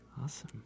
Awesome